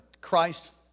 Christ